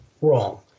wrong